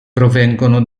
provengono